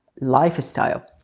lifestyle